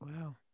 Wow